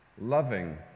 loving